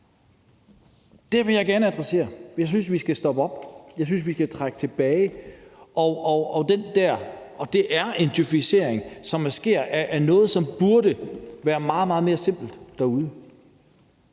Det vil jeg gerne adressere, for jeg synes, at vi skal stoppe op; jeg synes, at vi skal trække tilbage. Det er en djøfisering, som sker, af noget, som burde være meget, meget mere simpelt derude.